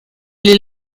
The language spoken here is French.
les